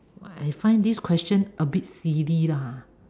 I find this question a bit silly lah